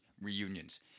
reunions